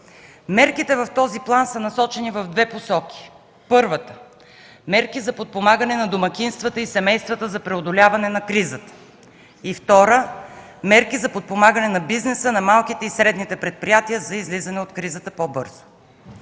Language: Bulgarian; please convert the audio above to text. Мерките в този план са насочени в две посоки. Първата – мерки за подпомагане на домакинствата и семействата за преодоляване на кризата. И втора – мерки за подпомагане на бизнеса, на малките и средните предприятия за излизане от кризата по-бързо.